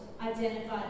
identified